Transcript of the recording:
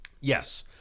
Yes